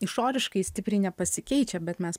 išoriškai stipriai nepasikeičia bet mes